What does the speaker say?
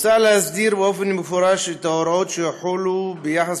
מוצע להסדיר במפורש את ההוראות שיחולו ביחס